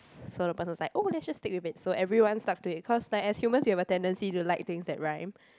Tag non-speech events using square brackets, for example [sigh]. [breath] so the person is like oh let's just stick with it so everyone stuck to it cause like as humans you will have a tendency to like things that rhyme